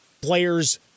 players